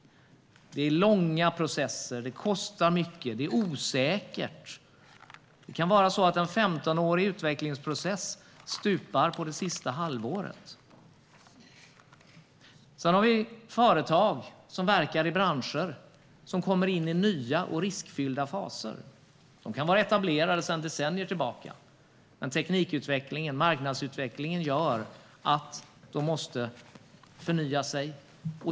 Det är långa processer, det kostar mycket och det är osäkert. En 15-årig utvecklingsprocess kan stupa på det sista halvåret. Sedan har vi företag som verkar i branscher som kommer in i nya och riskfyllda faser. De kan vara etablerade sedan decennier tillbaka, men teknikutvecklingen och marknadsutvecklingen gör att de måste förnya sig.